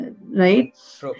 right